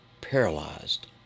paralyzed